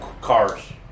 Cars